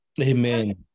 Amen